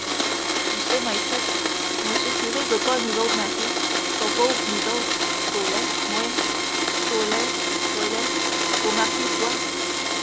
tu sais maïchette mosieu curé veut pas nous autres marier to pauvre nous autres to laid moi to laid to laid pour marier toi